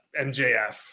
MJF